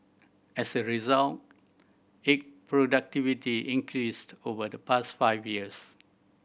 as a result egg productivity increased over the past five years